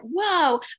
whoa